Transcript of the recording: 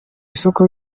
isoko